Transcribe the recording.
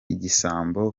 igisambo